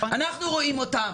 אנחנו רואים אותם,